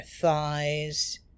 thighs